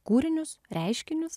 kūrinius reiškinius